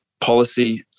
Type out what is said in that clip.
policy